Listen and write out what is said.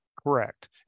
Correct